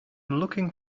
looking